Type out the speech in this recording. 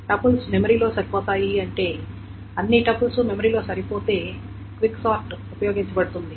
tuples memory లో సరిపోతాయి అంటే అన్ని టపుల్స్ మెమరీలో సరిపోతే క్విక్ సార్ట్ ఉపయోగించబడుతుంది